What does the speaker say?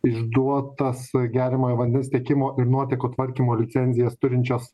išduotas geriamojo vandens tiekimo ir nuotekų tvarkymo licencijas turinčios